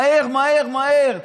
מהר, מהר, מהר.